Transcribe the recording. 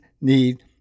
need